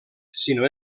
sinó